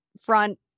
front